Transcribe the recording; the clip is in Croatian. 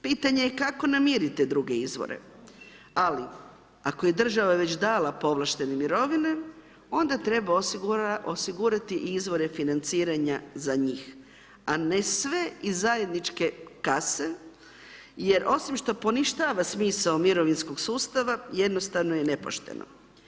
Pitanje je kako namiriti te druge izvore, ali ako je država povlaštene mirovine onda treba osigurati izvore financiranja za njih a ne sve iz zajedničke kase jer osim što poništava smisao mirovinskog sustava jednostavno nepošteno.